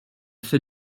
fait